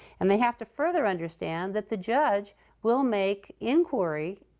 and they have to further understand that the judge will make inquiry